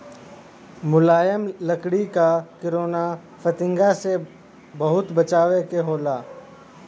मुलायम लकड़ी क किरौना फतिंगा से बहुत बचावे के होला